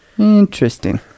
interesting